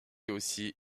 aussi